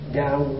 down